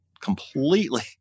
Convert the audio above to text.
completely